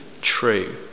true